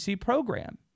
program